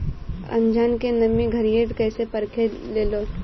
आनाज के नमी घरयीत कैसे परखे लालो?